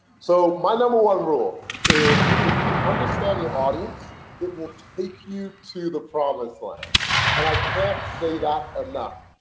so my number one rule is if you understand your audience it will take you to the province planner and i can't say that enough